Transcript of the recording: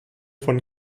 von